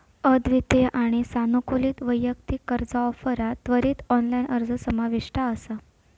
अद्वितीय आणि सानुकूलित वैयक्तिक कर्जा ऑफरात त्वरित ऑनलाइन अर्ज समाविष्ट असा